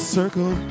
circle